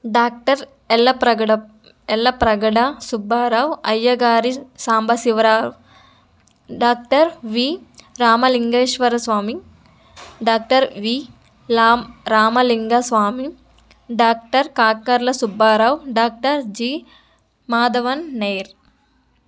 doctor Yellapragada Yellapragada Subbarao Ayyagari Sambasivarao doctor V Ramalingeswara Swamy doctor V లామ్ Ramalinga Swamy doctor Kakarla Subbarao doctor G Madhavan Nair